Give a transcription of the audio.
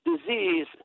disease